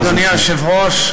אדוני היושב-ראש,